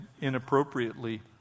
inappropriately